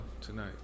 tonight